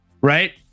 right